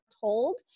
told